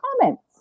comments